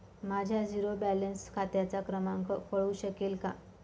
माझ्या zero balance खात्याचा क्रमांक कळू शकेल का?